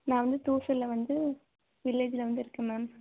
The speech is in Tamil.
நான் வந்து டூஷனில் வந்து வில்லேஜில் வந்து இருக்கேன் மேம்